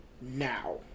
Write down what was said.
now